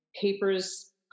papers